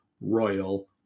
Royal